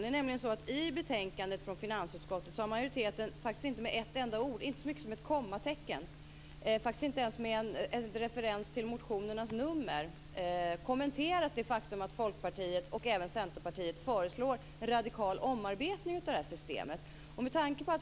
Det är nämligen så att majoriteten i betänkandet från finansutskottet faktiskt inte med ett enda ord - inte ens med ett kommatecken eller en referens till motionernas nummer - kommenterat det faktum att Folkpartiet och Centerpartiet föreslår en radikal omarbetning av det här systemet.